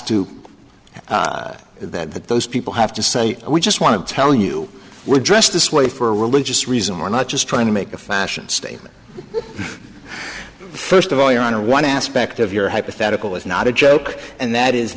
to that those people have to say we just want to tell you we're dressed this way for religious reasons or not just trying to make a fashion statement first of all your honor one aspect of your hypothetical is not a joke and that is